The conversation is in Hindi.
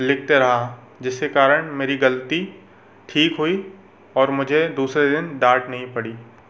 लिखते रहा जिसके कारण मेरी गलती ठीक हुई और मुझे दूसरे दिन डाँट नही पड़ी